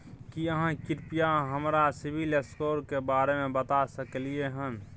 की आहाँ कृपया हमरा सिबिल स्कोर के बारे में बता सकलियै हन?